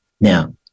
Now